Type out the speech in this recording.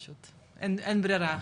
אין ברירה אחרת.